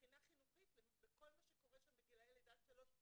מבחינה חינוכית בכל מה שקורה שם בגילאי לידה עד שלוש.